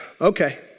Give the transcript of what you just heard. okay